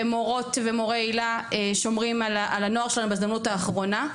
ומורות ומורי היל"ה שומרים על הנוער שלנו בהזדמנות האחרונה.